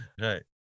right